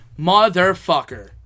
motherfucker